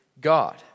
God